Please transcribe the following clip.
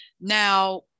Now